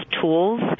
tools